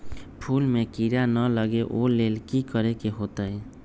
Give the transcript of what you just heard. फूल में किरा ना लगे ओ लेल कि करे के होतई?